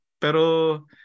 Pero